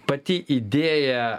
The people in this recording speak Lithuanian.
pati idėja